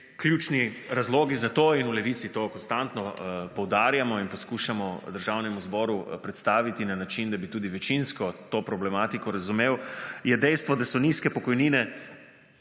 Ključni razlog za to – in v Levici to konstantno poudarjamo in poskušamo Državnemu zboru predstaviti na način, da bi tudi večinsko to problematiko razumeli – je dejstvo, da so za nizke pokojnine